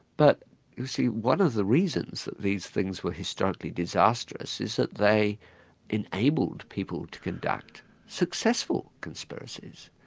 but you see, one of the reasons that these things were historical disastrous, is that they enabled people to conduct successful conspiracies.